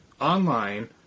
online